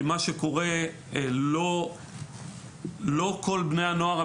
מה שקורה הוא שלא כל בני הנוער,